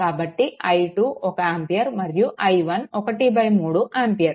కాబట్టి i2 1 ampere మరియు i1 13 ampere